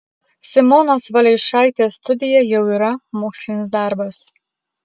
simonos valeišaitės studija jau yra mokslinis darbas